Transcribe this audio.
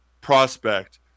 prospect